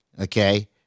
okay